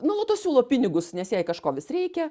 nuolatos siūlo pinigus nes jai kažko vis reikia